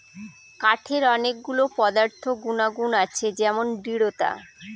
কাঠের অনেক গুলো পদার্থ গুনাগুন আছে যেমন দৃঢ়তা